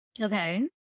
Okay